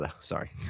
sorry